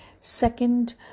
Second